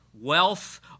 wealth